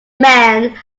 man